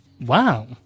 Wow